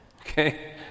okay